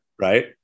Right